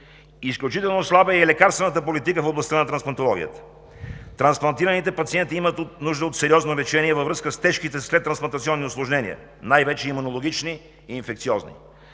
Изключително слаба е и лекарствената политика в областта на трансплантологията. Трансплантираните пациенти имат нужда от сериозно лечение във връзка с тежките следтрансплантационни усложнения – най-вече имунологични и инфекциозни.